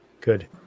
Good